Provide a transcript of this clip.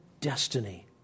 destiny